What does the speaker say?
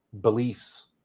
beliefs